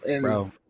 Bro